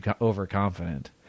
overconfident